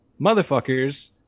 motherfuckers